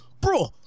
bro